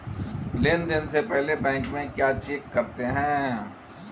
Loan देने से पहले बैंक में क्या चेक करते हैं?